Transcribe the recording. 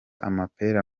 amapera